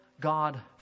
God